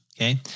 Okay